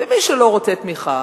ומי שלא רוצה תמיכה,